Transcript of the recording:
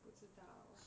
不知道